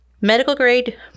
Medical-grade